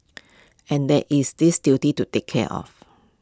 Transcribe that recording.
and there is this duty to take care of